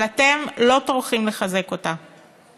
אבל אתם לא טורחים לחזק אותה.